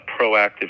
proactive